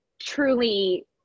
truly